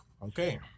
Okay